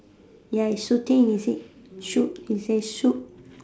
ya he shooting he said shoot he say shoot